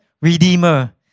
redeemer